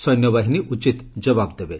ସୈନ୍ୟବାହିନୀ ଉଚିତ ଜବାବ ଦେବେ